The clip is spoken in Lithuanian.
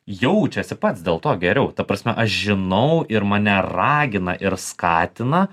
jaučiasi pats dėl to geriau ta prasme aš žinau ir mane ragina ir skatina